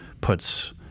puts